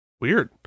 weird